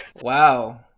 Wow